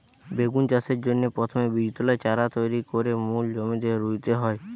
বেগুন চাষের জন্যে প্রথমে বীজতলায় চারা তৈরি কোরে মূল জমিতে রুইতে হয়